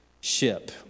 ship